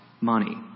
money